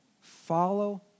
follow